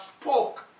spoke